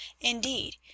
indeed